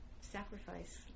sacrifice